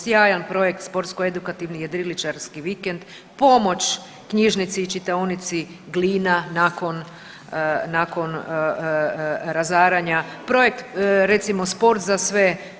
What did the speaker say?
Sjajan projekt Sportsko edukativni jedriličarski vikend, pomoć knjižnici i čitaonici Glina nakon, nakon razaranja, projekt recimo sport za sve.